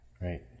right